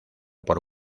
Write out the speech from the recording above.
por